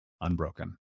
unbroken